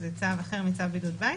זה צו אחר מצו בידוד בית,